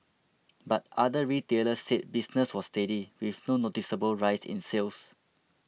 but other retailers said business was steady with no noticeable rise in sales